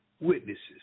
witnesses